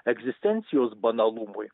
egzistencijos banalumui